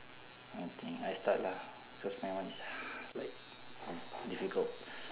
okay I start lah because my one is ha~ like difficult